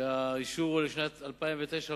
תקציב דו-שנתי ל-2009 2010,